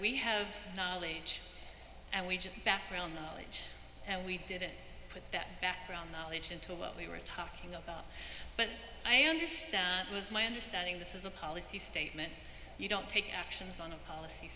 have and we just background knowledge and we didn't put that background knowledge into what we were talking about but i understand with my understanding this is a policy statement you don't take actions on a policy